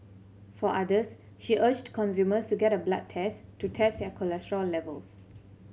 for others she urged consumers to get a blood test to test their cholesterol levels